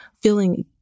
feeling